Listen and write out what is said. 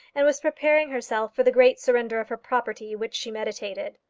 and was preparing herself for the great surrender of her property which she meditated.